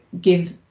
give